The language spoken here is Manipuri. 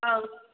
ꯑꯥ